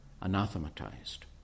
anathematized